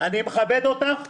אני מכבד אותך,